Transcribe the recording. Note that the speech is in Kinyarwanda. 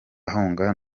ahunga